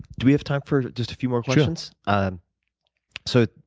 do we have time for just a few more questions? um so